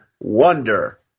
wonder